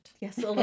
Yes